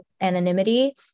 anonymity